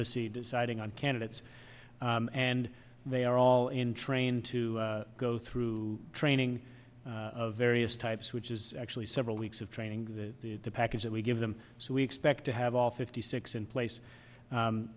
embassy deciding on candidates and they are all in train to go through training of various types which is actually several weeks of training the package that we give them so we expect to have all fifty six in place